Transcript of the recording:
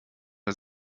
wir